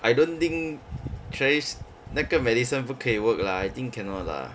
I don't think traditional~ 那个 medicine 不可以 work lah I think cannot lah